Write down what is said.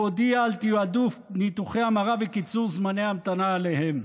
הוא הודיע על תיעדוף ניתוחי המרה וקיצור זמני ההמתנה אליהם.